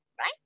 right